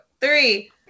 three